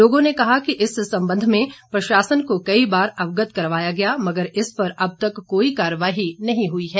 लोगों ने कहा कि इस संबंध में प्रशासन को कई बार अवगत करवाया गया मगर इस पर अब तक कोई कार्रवाई नहीं हुई है